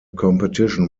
competition